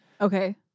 Okay